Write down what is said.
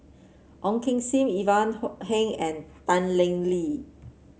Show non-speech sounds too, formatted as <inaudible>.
Ong Kim Seng Ivan <unintelligible> Heng and Tan Leng Lee